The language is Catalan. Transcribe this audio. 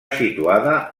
situada